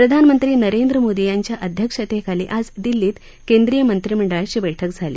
प्रधानमंत्री नरेंद्र मोदी यांच्या अध्यक्षतेखाली आज दिल्लीत केंद्रीय मंत्रीमंडळाची बैठक झाली